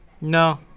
No